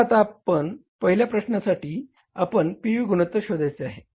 तर आता पहिल्या प्रश्नासाठी आपल्याला पी व्ही गुणोत्तर शोधायचा आहे